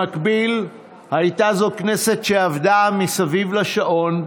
במקביל, הייתה זאת כנסת שעבדה מסביב לשעון,